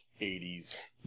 80s